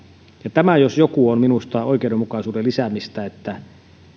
tämä jos joku on minusta oikeudenmukaisuuden lisäämistä että